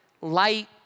Light